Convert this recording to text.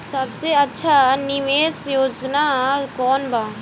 सबसे अच्छा निवेस योजना कोवन बा?